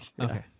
Okay